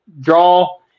draw